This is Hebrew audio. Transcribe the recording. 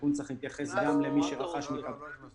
התיקון צריך להתייחס גם למי שרכש --- אני יודע שאני לא חייב,